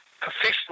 professional